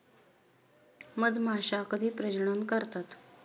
मधमाश्या कधी प्रजनन करतात?